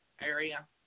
area